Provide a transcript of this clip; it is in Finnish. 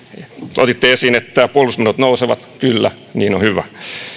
otitte esiin että puolustusmenot nousevat kyllä niin on hyvä